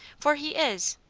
for he is.